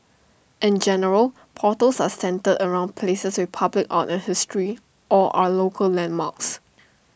in general portals are centred around places with public art and history or are local landmarks